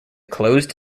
closed